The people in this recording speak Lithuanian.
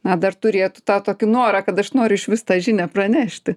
na dar turėtų tą tokį norą kad aš noriu išvis tą žinią pranešti